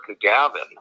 Gavin